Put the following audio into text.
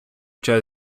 час